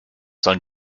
sollen